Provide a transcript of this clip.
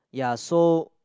ya so